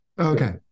Okay